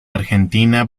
argentina